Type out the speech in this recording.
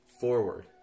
forward